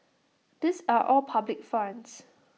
these are all public funds